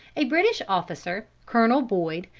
a british officer, colonel boyd,